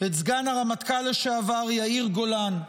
את סגן הרמטכ"ל לשעבר יאיר גולן,